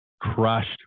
crushed